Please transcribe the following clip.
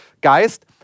geist